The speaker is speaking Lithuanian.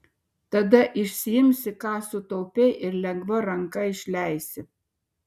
tada išsiimsi ką sutaupei ir lengva ranka išleisi